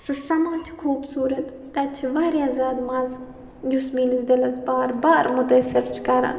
سُہ سَما چھُ خوٗبصوٗرت تَتہِ چھِ وارِیاہ زیادٕ مَزٕ یُس میانِس دِلس بار بار مُتٲثر چھُ کَران